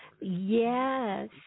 Yes